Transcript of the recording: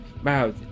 wow